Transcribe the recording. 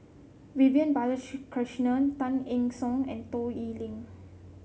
Vivian Balakrishnan Tay Eng Soon and Toh Liying